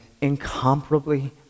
incomparably